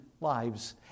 lives